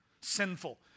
sinful